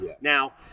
Now